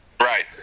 Right